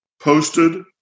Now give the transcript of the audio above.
posted